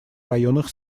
районах